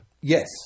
Yes